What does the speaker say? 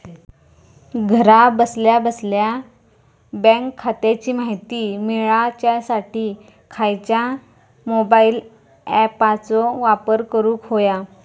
घरा बसल्या बसल्या बँक खात्याची माहिती मिळाच्यासाठी खायच्या मोबाईल ॲपाचो वापर करूक होयो?